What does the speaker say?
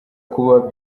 kuba